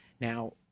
Now